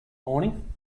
morning